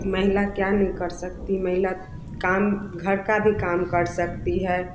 महिला क्या नहीं कर सकती महिला काम घर का भी काम कर सकती है